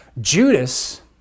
Judas